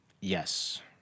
Yes